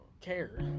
care